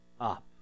up